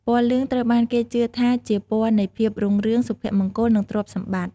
ពណ៌លឿង ត្រូវបានគេជឿថាជាពណ៌នៃភាពរុងរឿង សុភមង្គល និងទ្រព្យសម្បត្តិ។